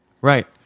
Right